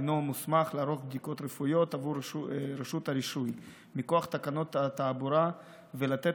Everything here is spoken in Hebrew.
מוסמך לערוך בדיקות רפואיות עבור רשות הרישוי מכוח תקנות התעבורה ולתת